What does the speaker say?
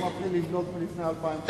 בוא נתחיל לבדוק מלפני 2,000 שנה.